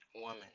woman